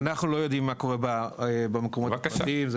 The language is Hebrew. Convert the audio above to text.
אנחנו לא יודעים מה קורה במקומות הפרטיים.